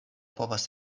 povas